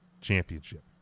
Championship